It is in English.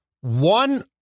One